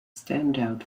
standout